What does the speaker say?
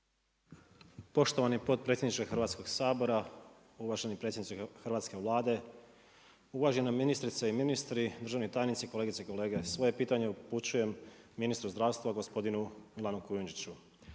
Poštovani potpredsjedniče Hrvatskog sabora, uvaženi predsjedniče hrvatske Vlade, uvažena ministrice i ministri, državni tajnici, kolegice i kolege. Svoje pitanje upućujem ministru zdravstva gospodinu Milanu Kujundžiću.